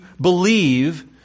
believe